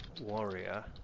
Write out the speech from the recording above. warrior